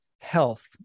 health